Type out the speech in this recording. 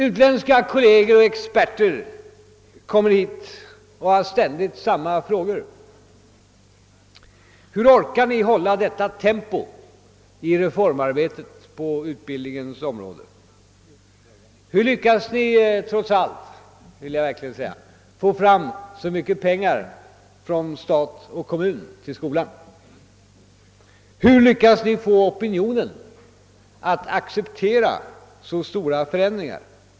Utländska kolleger och experter kommer hit och ställer ständigt samma frågor: Hur orkar ni hålla detta tempo i reformarbetet på utbildningens område? Hur lyckas ni trots allt få fram så mycket pengar från stat och kommun till skolan? Hur lyckas ni få opinionen att acceptera så stora förändringar?